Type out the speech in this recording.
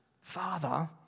Father